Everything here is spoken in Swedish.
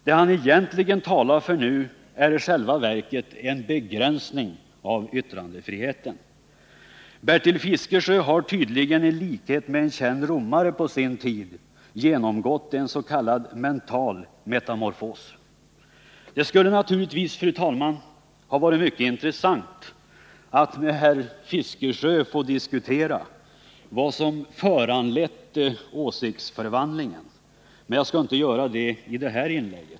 Det han egentligen talar för nu är i själva verket en begränsning av yttrandefriheten. Bertil Fiskesjö har tydligen, i likhet med en känd romare på sin tid, genomgått en mental metamorfos. Det skulle naturligtvis, fru talman, ha varit mycket intressant att med herr Fiskesjö få diskutera vad som föranlett åsiktsförvandlingen. Men det skall jag inte göra i detta inlägg.